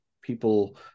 people